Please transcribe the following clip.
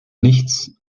nichts